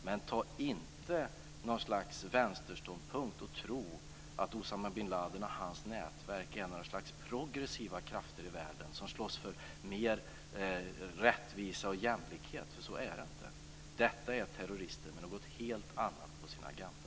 Men inta inte någon sorts vänsterståndpunkt och tro att Usama bin Ladin och hans nätverk är något slags progressiva krafter i världen som slåss för mer rättvisa och jämlikhet, för så är det inte. Detta är terrorister med något helt annat på sin agenda.